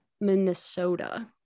Minnesota